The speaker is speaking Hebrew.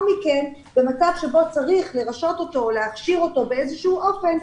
מכן במצב שבו צריך לרשות אותו או להכשיר אותו באיזשהו אופן,